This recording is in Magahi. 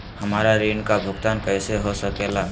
हमरा ऋण का भुगतान कैसे हो सके ला?